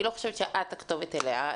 אני לא חושבת שאת הכתובת אליה.